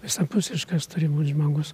visapusiškas turi būt žmogus